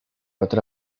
otra